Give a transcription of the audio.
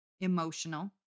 emotional